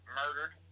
murdered